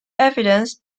evidence